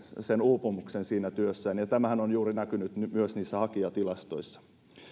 sen uupumuksen työssään ja tämähän on juuri näkynyt myös hakijatilastoissa